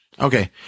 Okay